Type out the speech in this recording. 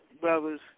brothers